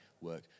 work